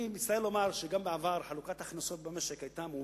אני מצטער לומר שגם בעבר חלוקת ההכנסות במשק היתה מעוותת,